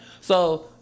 So-